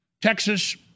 Texas